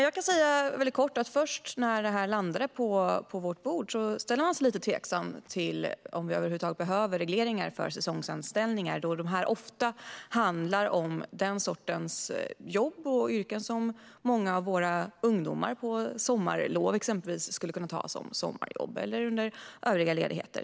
Jag kan helt kort säga att när detta först landade på vårt bord ställde jag mig lite tveksam till om vi över huvud taget behöver regleringar för säsongsanställningar, då det ofta handlar om den sortens jobb och yrken som många av våra ungdomar skulle kunna ta, exempelvis som sommarjobb på sommarlovet eller under andra ledigheter.